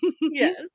yes